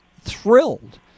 thrilled